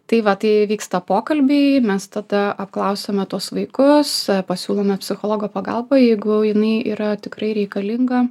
tai va tai vyksta pokalbiai mes tada apklausiame tuos vaikus pasiūlome psichologo pagalbą jeigu jinai yra tikrai reikalinga